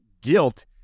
guilt